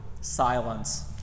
silence